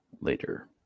later